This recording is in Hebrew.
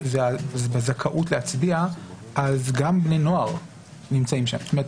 הזכאות להצביע אז גם בני נוער נמצאים שם.